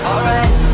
Alright